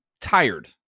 tired